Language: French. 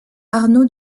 arnauld